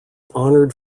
honoured